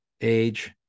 age